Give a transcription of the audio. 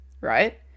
right